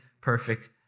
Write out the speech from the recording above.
perfect